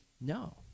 no